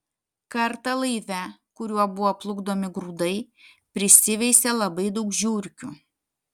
kartą laive kuriuo buvo plukdomi grūdai prisiveisė labai daug žiurkių